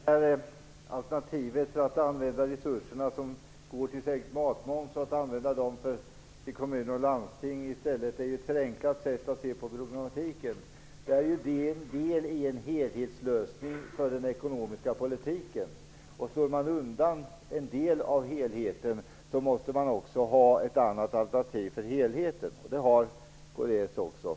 Herr talman! Alternativet att låta resurserna för sänkt matmoms i stället gå till kommuner och landsting är ett förenklat sätt att se på problematiken. Det är ju en del i en helhetslösning för den ekonomiska politiken. Slår man undan en del av helheten måste man också ha ett annat alternativ för helheten. Det har kds också.